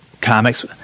comics